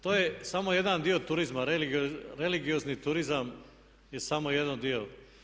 To je samo jedan dio turizma, religiozni turizam je samo jedan dio.